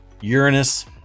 Uranus